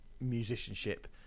musicianship